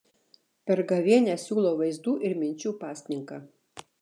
per gavėnią siūlo vaizdų ir minčių pasninką